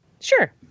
sure